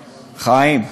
חיים,